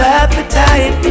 appetite